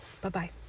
Bye-bye